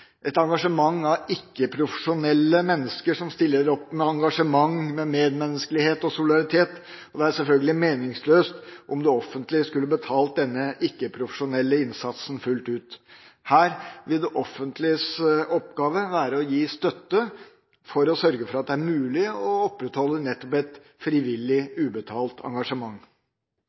mennesker som stiller opp med engasjement, medmenneskelighet og solidaritet. Det er selvfølgelig meningsløst om det offentlige skulle betalt denne ikke-profesjonelle innsatsen fullt ut. Her vil det offentliges oppgave være å gi støtte for å sørge for at det er mulig å opprettholde nettopp et frivillig, ubetalt engasjement.